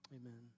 amen